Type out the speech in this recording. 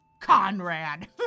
Conrad